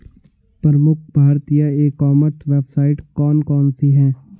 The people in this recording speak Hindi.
प्रमुख भारतीय ई कॉमर्स वेबसाइट कौन कौन सी हैं?